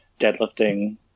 deadlifting